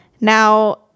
Now